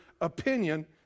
opinion